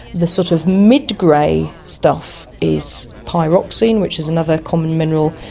the sort of mid-grey stuff is pyroxene which is another common mineral,